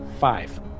five